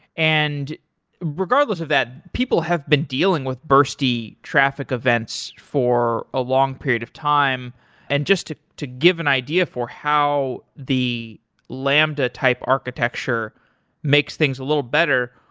and regardless of that, people have been dealing with bursty traffic events for a long period of time and just to to give an idea for how the lambda-type architecture makes things a little better,